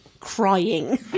crying